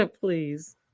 please